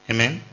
Amen